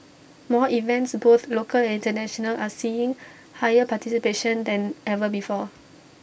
more events both local and International are seeing higher participation than ever before